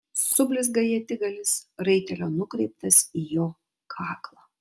sublizga ietigalis raitelio nukreiptas į jo kaklą